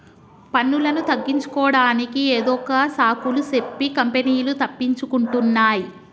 పన్నులను తగ్గించుకోడానికి ఏదొక సాకులు సెప్పి కంపెనీలు తప్పించుకుంటున్నాయ్